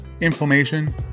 inflammation